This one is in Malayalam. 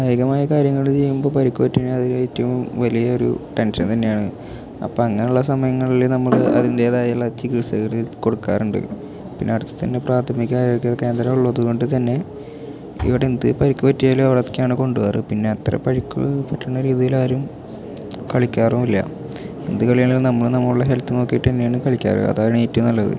കായികമായ കാര്യങ്ങൾ ചെയ്യുമ്പോൾ പരിക്ക് പറ്റുന്നത് ഏറ്റവും വലിയൊരു ടെൻഷൻ തന്നെയാണ് അപ്പം അങ്ങനുള്ള സമയങ്ങളിൽ നമ്മൾ അതിൻറ്റേതായുള്ള ചികിത്സകൾ കൊടുക്കാറുണ്ട് പിന്നെ അടുത്ത്തന്നെ പ്രഥമിക ആരോഗ്യ കേന്ദ്രമുള്ളത് കൊണ്ട്തന്നെ ഇവിടെ എന്ത് പരിക്ക് പറ്റിയാലും അവിടെക്കാണ് കൊണ്ട് പോകാറ് പിന്നെ അത്ര പരിക്ക് പറ്റുന്ന രീതിയിലാരും കളിക്കാറും ഇല്ല എന്ത് കളിയാണെങ്കിലും നമ്മൾ നമ്മൾ ഹെൽത്ത് നോക്കിയിട്ട് തന്നെയാണ് കളിക്കാറ് അതാണേറ്റവും നല്ലത്